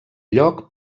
lloc